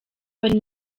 wari